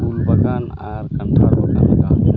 ᱩᱞ ᱵᱟᱜᱟᱱ ᱟᱨ ᱠᱷᱟᱱᱴᱟᱲ ᱵᱟᱱᱜᱟᱱ ᱵᱟᱝ ᱦᱩᱭᱩᱜᱼᱟ